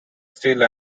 still